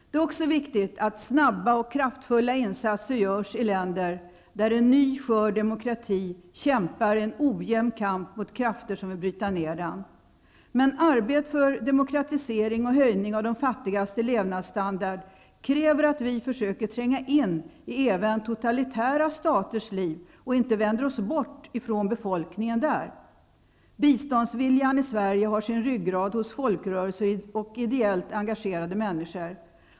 Det är också viktigt att snabba och kraftfulla insatser görs i länder där en ny skör demokrati kämpar en ojämn kamp mot krafter som vill bryta ner den. Men arbetet för demokratisering och höjning av de fattigas levnadsstandard kräver att vi försöker tränga in i även totalitära staters liv och inte vänder oss bort från befolkningen där. Biståndsviljan i Sverige har sin ryggrad hos folkrörelser och ideellt engagerade människor.